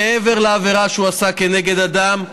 מעבר לעבירה שהוא עשה כנגד אדם,